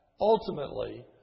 ultimately